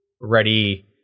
ready